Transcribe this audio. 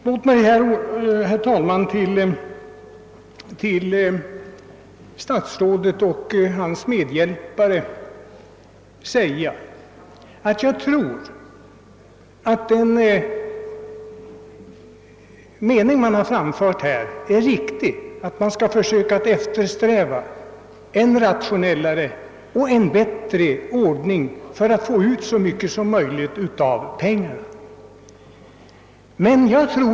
Låt mig, herr talman, till statsrådet och hans medhjälpare säga att man givit uttryck för en riktig inställning när man säger att man skall eftersträva en rationellare och bättre ordning för att få ut så mycket som möjligt av pengarna.